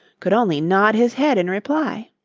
could only nod his head in reply.